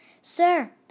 sir